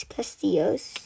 Castillos